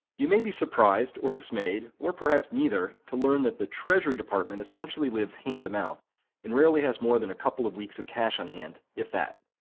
you may be surprised or dismayed or perhaps neither to learn that the treasury department essentially lives hand-to-mouth and rarely has more than a couple of weeks of cash on hand, if that.